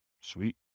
Sweet